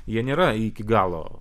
jie nėra iki galo